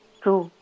true